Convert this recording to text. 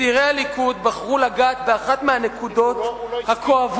צעירי הליכוד בחרו לגעת באחת הנקודות הכואבות